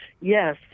Yes